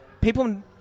people